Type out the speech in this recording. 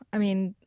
i mean,